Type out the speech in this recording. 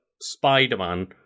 Spider-Man